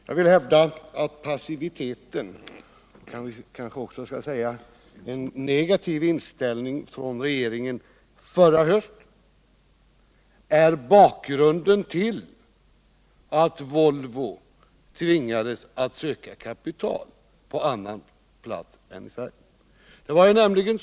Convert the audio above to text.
Jag vill hävda att passiviteten — kanske också en negativ inställning från regeringen förra hösten — är bakgrunden till att Volvo tvingades söka kapital på annan plats än i Sverige.